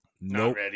Nope